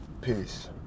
peace